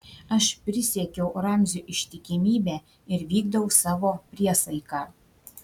aš prisiekiau ramziui ištikimybę ir vykdau savo priesaiką